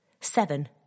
Seven